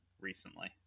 recently